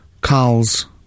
Carl's